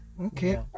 okay